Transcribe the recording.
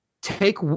take